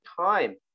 time